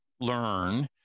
learn